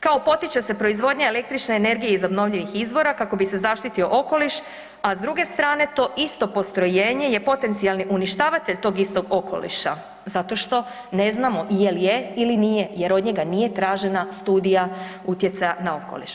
Kao potiče se proizvodnja električne energije iz obnovljivih izvora kako bi se zaštitio okoliš, a s druge strane to isto postrojenje je potencijalni uništavatelj tog istog okoliša zato što ne znamo jel je ili nije jer od njega nije tražena studija utjecaja na okoliš.